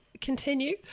continue